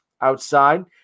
outside